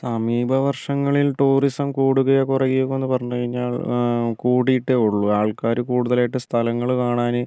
സമീപ വർഷങ്ങളിൽ ടൂറിസം കൂടുകയോ കുറയുകയോ എന്നു പറഞ്ഞു കഴിഞ്ഞാൽ കൂടിട്ടേ ഉള്ളു ആൾക്കാർ കൂടുതലായിട്ട് സ്ഥലങ്ങൾ കാണാൻ